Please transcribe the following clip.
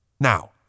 Now